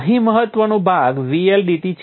અહીં મહત્વનો ભાગ VL dt છે